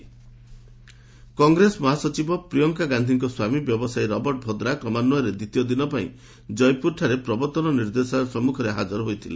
ED Robert Vadra Congress ମହାସଚିବ ପ୍ରିୟଙ୍କା ଗାନ୍ଧିଙ୍କ ସ୍ୱାମୀ ବ୍ୟବସାୟୀ ରବର୍ଟ ଭଦ୍ରା କ୍ରମାନ୍ୱୟରେ ଦ୍ୱିତୀୟ ଦିନ ପାଇଁ ଜୟପୁରଠାରେ ପ୍ରବର୍ତ୍ତନ ନିର୍ଦ୍ଦେଶାଳୟ ସମ୍ମୁଖରେ ହାଜର ହୋଇଥିଲେ